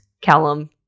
Callum